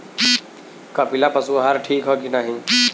कपिला पशु आहार ठीक ह कि नाही?